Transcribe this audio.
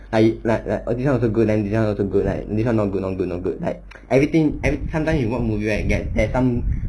I like like all this [one] also good then this [one] also good like this [one] not good not good not good like everything every sometimes you watch movie right there are there are some